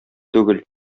түгел